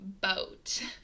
boat